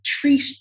treat